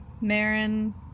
Marin